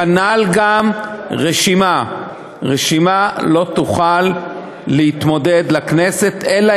כנ"ל רשימה: רשימה לא תוכל להתמודד לכנסת אלא